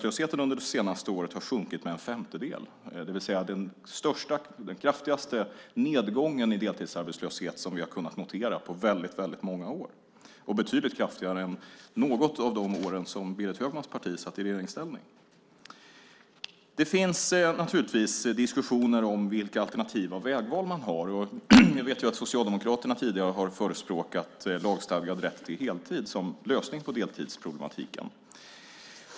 Den har under det senaste året sjunkit med en femtedel. Det vill säga den kraftigaste nedgång i deltidsarbetslöshet som vi har kunnat notera på väldigt många år, och den är betydligt kraftigare än under något av de år då Berit Högmans parti var i regeringsställning. Det finns naturligtvis diskussioner om alternativa vägval. Vi vet ju att Socialdemokraterna tidigare har förespråkat lagstadgad rätt till heltid som lösning på deltidsproblematiken.